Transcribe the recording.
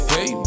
Hey